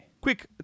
Quick